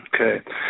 Okay